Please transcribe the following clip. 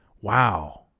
wow